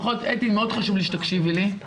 אנחנו